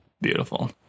Beautiful